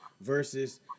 versus